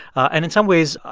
and in some ways,